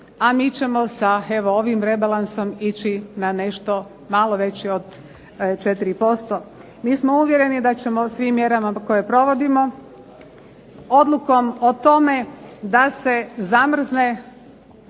a mi ćemo sa evo ovim rebalansom ići na nešto malo veći od 4%. Mi smo uvjereni da ćemo svim mjerama koje provodimo odlukom o tome da se zamrzne